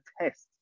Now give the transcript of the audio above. test